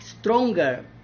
stronger